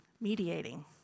mediating